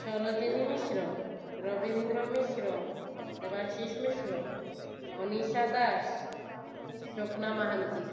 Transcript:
Sarojini Mishra Rabindra Mishra Debashish Mishra Manisha Das Swapna Mohanty